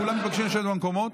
כולם מתבקשים לשבת במקומות.